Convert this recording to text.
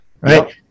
right